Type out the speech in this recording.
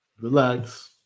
Relax